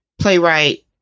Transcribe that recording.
playwright